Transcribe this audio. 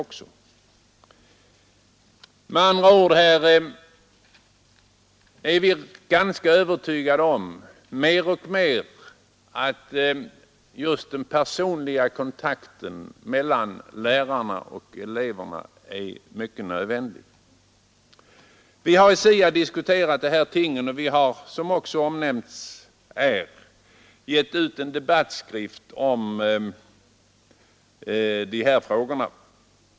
Vi har blivit mer och mer övertygade om att en personlig kontakt mellan lärarna och eleverna är nödvändig. Vi har också i SIA varit med om att diskutera de här tingen och vi har, som omnämnts, gett ut en debattskrift om dessa frågor.